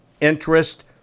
interest